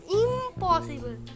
impossible